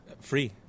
free